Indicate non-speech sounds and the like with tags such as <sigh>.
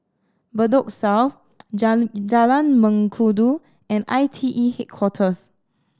Bedok South <unintelligible> Jalan Mengkudu and ITE Headquarters